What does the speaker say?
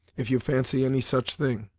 if you fancy any such thing.